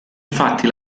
infatti